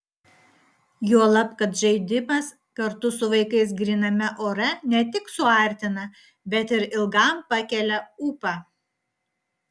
juolab kad žaidimas kartu su vaikais gryname ore ne tik suartina bet ir ilgam pakelia ūpą